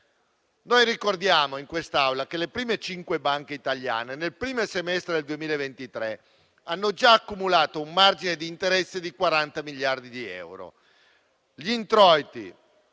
Ricordiamo in quest'Aula che le prime cinque banche italiane, nel primo semestre del 2023, hanno già accumulato un margine di interesse di 40 miliardi di euro.